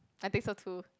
I think so too